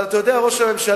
אבל אתה יודע, ראש הממשלה,